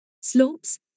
slopes